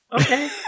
Okay